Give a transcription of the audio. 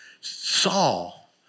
Saul